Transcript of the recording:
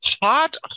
Hot